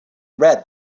read